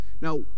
Now